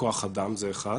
פה יש לנו רוגע.